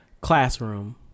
Classroom